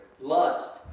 lust